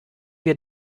wir